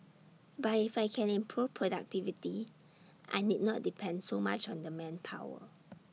but if I can improve productivity I need not depend so much on the manpower